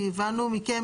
כי הבנו מכם,